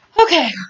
Okay